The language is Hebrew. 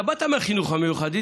אתה באת מהחינוך המיוחד,